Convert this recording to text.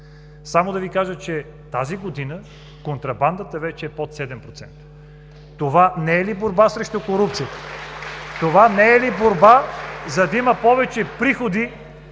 Само да Ви кажа, че тази година контрабандата вече е под 7%. Това не е ли борба срещу корупцията? (Ръкопляскания от ГЕРБ). Това не е ли борба, за да има повече приходи